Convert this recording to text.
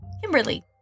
kimberly